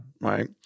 right